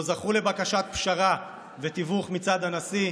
לא זכו לבקשת פשרה ותיווך מצד הנשיא,